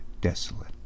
desolate